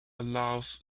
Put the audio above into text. allows